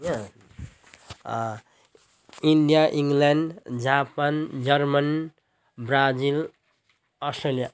India England Japan German Brazil Australia